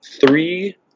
Three